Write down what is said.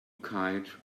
kite